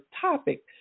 topic